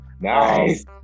nice